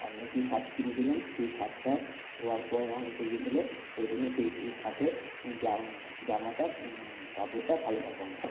আমি একটি শার্ট কিনেছিলাম সেই শার্টটা ধোয়ার পর রঙ উঠে গিয়েছিল ওইজন্য সেই শার্টের জামাটা কাপড়টা ভালো থাকেনা